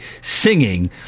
singing